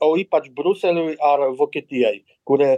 o ypač briuseliui ar vokietijai kurie